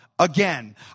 Again